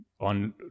On